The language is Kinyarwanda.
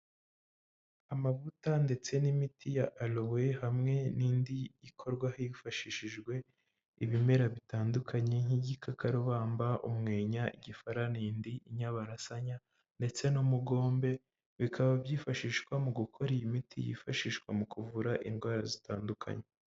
Amavuta ndetse n'imiti ya alowe hamwe n'indi ikorwa hifashishijwe ibimera bitandukanye nk'igikakarubamba ,umwenya, igifaranindi ,inyabarasanya ndetse n'umugombe, bikaba byifashishwa mu gukora iyi miti yifashishwa mu kuvura indwara zitandukanye.